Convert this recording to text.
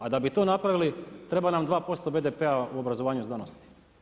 A da bi to napravili treba nam 2% BDP-a u obrazovanju znanosti.